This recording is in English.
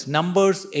Numbers